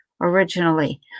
originally